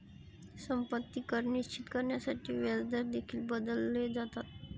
संपत्ती कर निश्चित करण्यासाठी व्याजदर देखील बदलले जातात